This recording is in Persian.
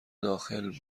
داخل